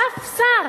אף שר,